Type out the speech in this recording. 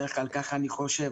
כך אני חושב,